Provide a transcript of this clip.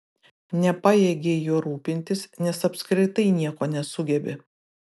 nepajėgei juo rūpintis nes apskritai nieko nesugebi